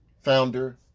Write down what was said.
founder